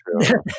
true